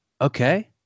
Okay